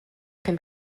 can